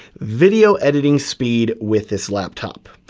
video editing speed with this laptop.